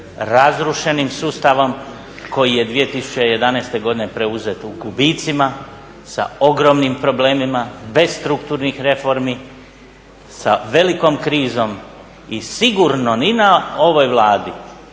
razrušenim sustavom koji je 2011. godine preuzet sa gubicima, sa ogromnim problemima, bez strukturnih reformi sa velikom krizom i sigurno ni na ovoj Vladi,